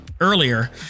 earlier